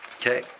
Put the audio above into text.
Okay